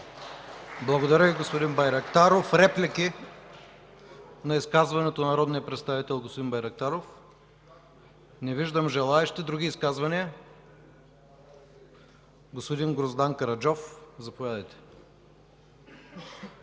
Благодаря Ви, господин Байрактаров. Реплики на изказването на народния представител господин Байрактаров? Не виждам желаещи. Други изказвания? Господин Гроздан Караджов, заповядайте. Господин